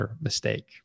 mistake